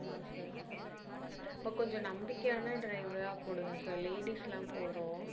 ஆமாம் சார் இப்போது கொஞ்சம் நம்பிக்கையான டிரைவராக போடுங்க சார் லேடிஸ்லாம் போகிறோம்